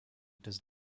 does